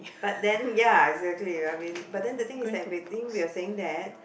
but then ya exactly I mean but then the thing is that we think we're saying that